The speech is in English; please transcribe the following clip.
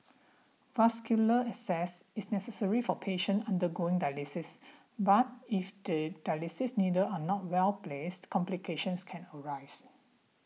vascular access is necessary for patient undergoing dialysis but if the dialysis needle are not well placed complications can arise